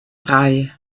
drei